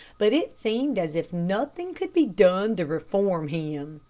but it seemed as if nothing could be done to reform him.